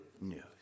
news